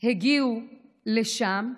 הגיעו לשם,